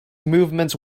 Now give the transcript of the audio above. movements